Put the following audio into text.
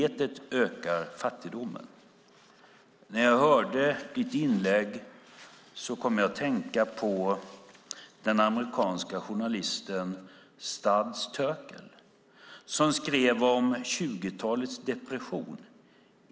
När jag hörde hans inlägg kom jag att tänka på den amerikanske journalisten Studs Turkel som skrev om 20-talets depression.